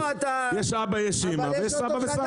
יש אבא ויש אימא, יש סבא וסבתא.